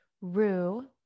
rue